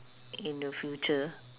in the future